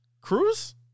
Cruz